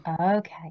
okay